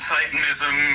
Satanism